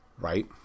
right